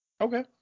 Okay